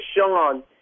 Sean